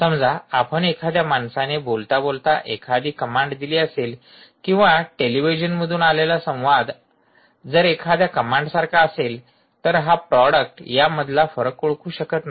समजा आपण एखाद्या माणसाने बोलता बोलता एखादी कमांड दिली असेल किंवा टेलिव्हिजनमधून आलेला संवाद जर एखाद्या कमांड सारखा असेल तर हा प्रॉडक्ट या मधला फरक ओळखू शकत नाही